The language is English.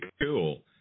cool